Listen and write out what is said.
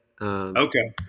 Okay